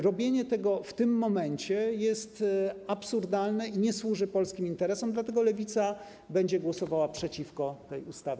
Robienie tego w tym momencie jest absurdalne i nie służy polskim interesom, dlatego Lewica będzie głosowała przeciwko tej ustawie.